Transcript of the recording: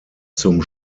zum